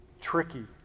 tricky